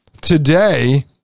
today